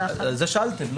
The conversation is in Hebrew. על זה שאלתם.